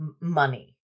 money